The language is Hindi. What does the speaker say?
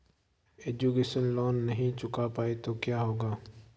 एजुकेशन लोंन नहीं चुका पाए तो क्या होगा?